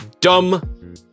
Dumb